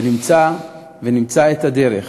ונמצא את הדרך